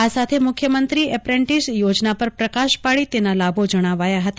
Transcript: આ સાથે મુખ્યમંત્રી એપ્રેન્ટીસ યોજના પર પ્રકાશ પડી તેના લાભો જણાવ્યા હતા